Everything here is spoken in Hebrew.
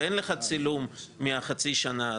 ואין לך צילום מחצי השנה הזאת.